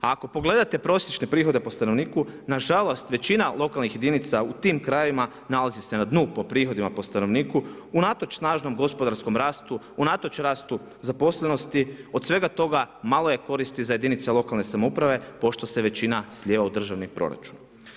Ako pogledate prosječne prihode pop stanovniku, nažalost, većina lokalnih jedinica u tim krajevima, nalazi se na dnu po prihodima po stanovniku, unatoč snaženom gospodarskom rastu, unatoč rastu zaposlenosti, od svega toga, malo je koristi za jedinice lokalne samouprave, pošto se većina slijeva u državni proračun.